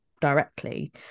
directly